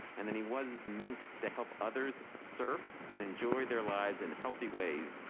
and then he was meant to help others surf and enjoy their lives in healthy ways.